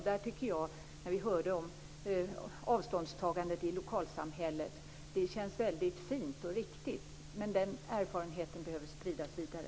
Det vi hörde om avståndstagandet i lokalsamhället känns fint och riktigt. Den erfarenheten behöver spridas vidare.